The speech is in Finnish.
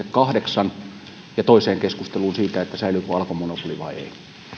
kahdeksan ja toiseen keskusteluun siitä säilyykö alkon monopoli vai ei ei